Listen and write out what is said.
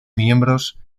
miembros